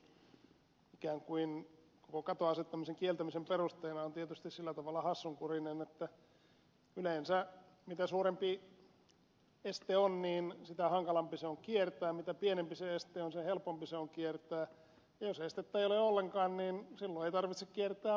tämä kiertämisen helppous ikään kuin koko katon asettamisen kieltämisen perusteena on tietysti sillä tavalla hassunkurinen että yleensä mitä suurempi este on sitä hankalampi se on kiertää mitä pienempi se este on sen helpompi se on kiertää ja jos estettä ei ole ollenkaan ei tarvitse kiertää ollenkaan